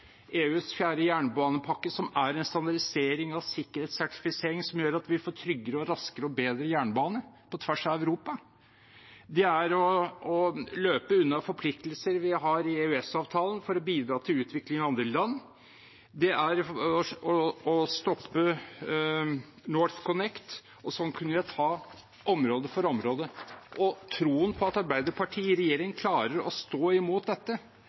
EUs 4. jernbanepakke, som er en stabilisering og sikkerhetssertifisering som gjør at vi får tryggere, raskere og bedre jernbane på tvers av Europa. Det er å løpe unna forpliktelser vi har i EØS-avtalen om å bidra til utvikling i andre land, det er å stoppe NorthConnect. Slik kunne jeg ta område for område. Troen på at Arbeiderpartiet i regjering klarer å stå imot dette,